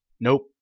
nope